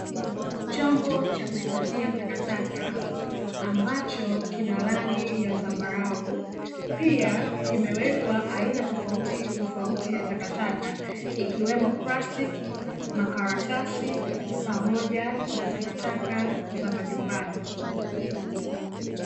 Chombo cha kuhifadhia takataka ambacho kina rangi ya zambarau, pia kimewekwa aina tofauti tofauti ya takataka ikiwemo plastiki, makaratasi pamoja na takataka za majumbani.